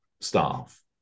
staff